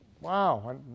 Wow